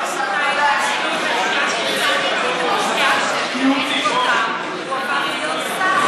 הוא הפך להיות שר,